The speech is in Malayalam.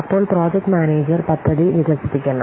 അപ്പോൾ പ്രോജക്ട് മാനേജർ പദ്ധതി വികസിപ്പിക്കണം